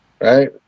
right